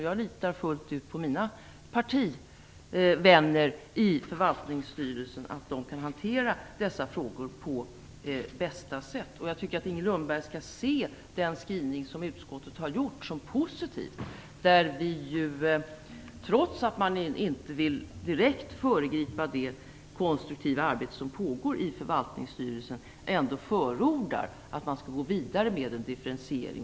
Jag litar fullt ut på att mina partivänner i förvaltningsstyrelsen kan hantera dessa frågor på bästa sätt. Jag tycker att Inger Lundberg skall se den skrivning som utskottet har gjort som positiv. Trots att man inte direkt vill föregripa det konstruktiva arbete som pågår i förvaltningsstyrelsen förordar man ändå att man skall gå vidare med en differentiering.